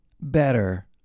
better